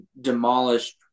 demolished